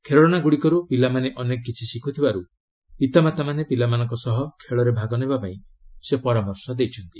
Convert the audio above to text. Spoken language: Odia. ଖେଳଶାଗୁଡ଼ିକୁରୁ ପିଲାମାନେ ଅନେକ କିଛି ଶିଖୁଥିବାରୁ ପିତାମାତାମାନେ ପିଲାମାନଙ୍କ ସହ ଖେଳରେ ଭାଗ ନେବାକୁ ସେ ପରାମର୍ଶ ଦେଇଛନ୍ତି